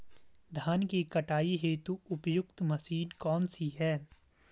धान की कटाई हेतु उपयुक्त मशीन कौनसी है?